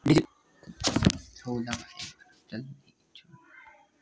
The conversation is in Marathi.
डिजिटल वजन कसा करतत?